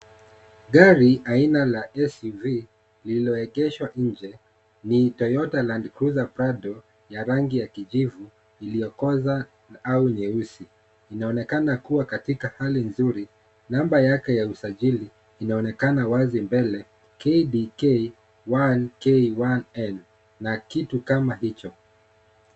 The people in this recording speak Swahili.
Gari aina la SUV lililoegeshwa nje ni Toyota Landcruiser Prado ya rangi ya kijivu iliyo koza au nyeusi inaonekana kuwa katika hali nzuri namba yake ya usajili inaonekana wazi mbele KDK 1K1 N na kitu kama hicho.